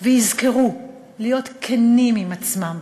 ויזכרו להיות כנים עם עצמם,